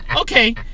Okay